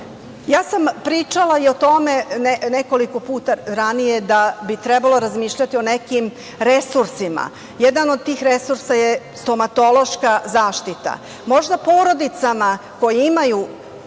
sam pričala i o tome nekoliko puta ranije da bi trebalo razmišljati i o nekim resursima, a jedan od tih resursa je stomatološka zaštita. Možda porodicama koje imaju